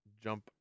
jump